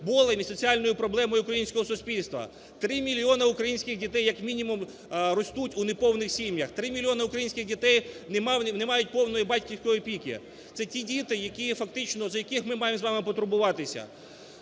болем і соціальною проблемою українського суспільства. Три мільйони українських дітей, як мінімум, ростуть у неповних сім'ях. Три мільйони українських дітей не мають повної батьківської опіки. Це ті діти, які фактично, за яких ми маємо з вами потурбуватися.